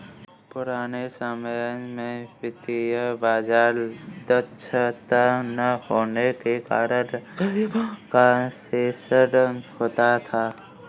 पुराने समय में वित्तीय बाजार दक्षता न होने के कारण गरीबों का शोषण होता था